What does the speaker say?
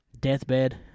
Deathbed